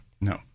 No